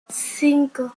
cinco